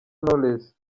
knowless